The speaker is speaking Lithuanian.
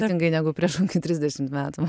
tingai negu prieš trisdešimt metų